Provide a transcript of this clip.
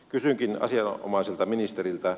kysynkin asianomaiselta ministeriltä